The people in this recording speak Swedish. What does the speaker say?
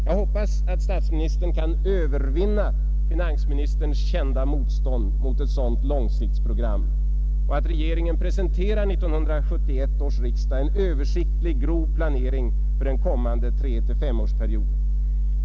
Jag hoppas att statsministern kan övervinna finansministerns kända motstånd mot ett sådant långsiktsprogram och att regeringen förelägger 1971 års riksdag en översiktlig grov planering för den kommande 3—S5-årsperioden.